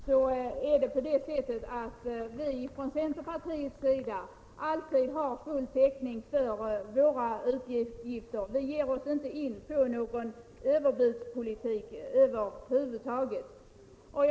Jag svarar närmast för centerpartiet och vill säga att vi alltid har full täckning för våra utgiftsförslag. Vi ger oss över huvud taget inte in på någon överbudspolitik.